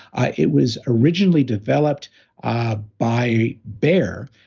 ah it was originally developed by bayer,